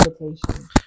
invitation